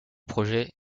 projet